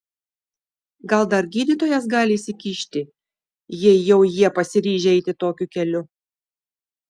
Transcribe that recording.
gal dar gydytojas gali įsikišti jei jau jie pasiryžę eiti tokiu keliu